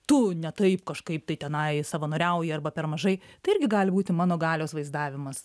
tu ne taip kažkaip tai tenai savanoriauji arba per mažai tai irgi gali būti mano galios vaizdavimas